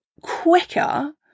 quicker